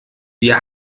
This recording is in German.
wir